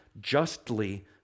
justly